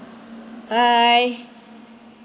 bye